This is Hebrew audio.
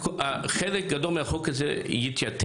חלק גדול מהחוק הזה יתייתר.